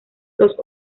los